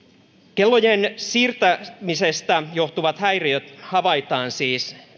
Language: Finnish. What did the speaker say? kellojen siirtämisestä johtuvat häiriöt havaitaan siis